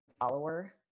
follower